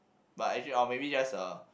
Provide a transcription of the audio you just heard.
but actually or maybe just uh